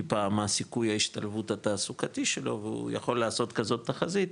מה הסיכוי ההשתלבות התעסוקתי שלו והוא יכול לעשות כזאת תחזית,